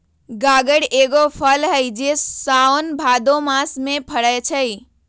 गागर एगो फल हइ जे साओन भादो मास में फरै छै